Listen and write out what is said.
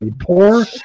Poor